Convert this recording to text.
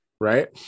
right